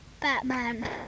batman